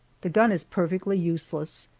the gun is perfectly useless,